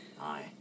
Aye